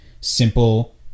simple